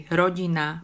rodina